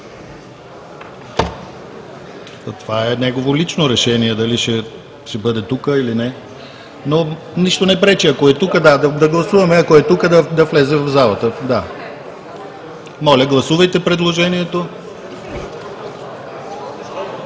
Това е негово лично решение дали ще бъде тук, или не, но нищо не пречи, ако е тук. Да гласуваме, ако е тук, да влезе в залата. Моля, гласувайте предложението.